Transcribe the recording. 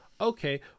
Okay